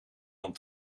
dan